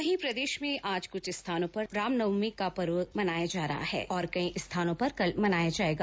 वहीं प्रदेश में आज कुछ स्थानों पर रामनवमी का पर्व आज मनाया जा रहा है और कई स्थानों पर कल मनाया जायेगा